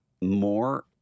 more